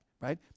right